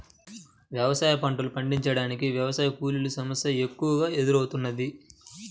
వ్యవసాయ పంటలు పండించటానికి వ్యవసాయ కూలీల సమస్య ఎక్కువగా ఎదురౌతున్నది